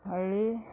ಹೊಳ್ಳಿ